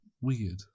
weird